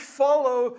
follow